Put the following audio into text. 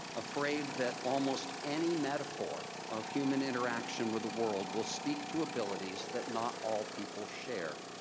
afraid that almost any metaphor of human interaction with the world will speak to abilities that not all people share.